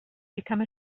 become